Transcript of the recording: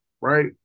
right